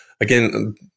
again